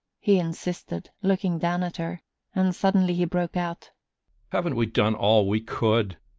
he insisted, looking down at her and suddenly he broke out haven't we done all we could?